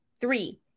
Three